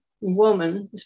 woman